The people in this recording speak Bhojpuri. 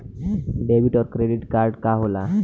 डेबिट और क्रेडिट कार्ड का होला?